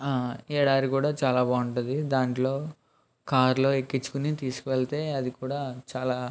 ఆ ఎడారి కూడా చాలా బాగుంటది దాంట్లో కారులో ఎక్కించుకుని తీసుకువెళితే అది కూడా చాలా